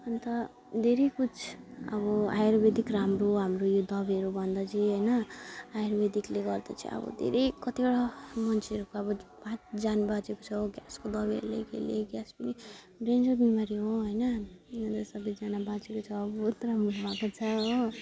अन्त धेरै कुछ अब आयुर्वेदिक राम्रो हाम्रो यो दबाईहरूभन्दा चाहिँ होइन आयुर्वेदिकले गर्दा चाहिँ अब धेरै कतिवटा मान्छेहरूको अब पाँच ज्यान बाँचेको छ ग्यासको दबाईहरूले केले ग्यास पनि डेन्जर बिमारी हो होइन यिनीहरू सबैजना बाँचेको छ बहुत राम्रो भएको छ हो